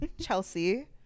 Chelsea